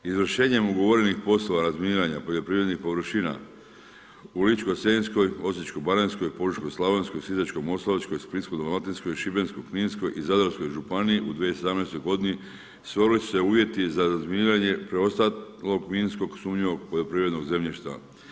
Izvršenjem ugovorenih poslova razminiranja poljoprivrednih površina u Ličko-senjskoj, Osječko-baranjskoj, Požeško-slavonskoj, Sisačko-moslavačkoj, Splitsko-dalmatinskoj, Šibensko-kninskoj i Zadarskoj županiji u 2017. godini stvorili su se uvjeti za razminiranje preostalog minskog sumnjivog poljoprivrednog zemljišta.